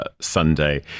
Sunday